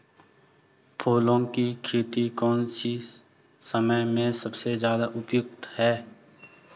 फूलों की खेती कौन से समय में सबसे ज़्यादा उपयुक्त है?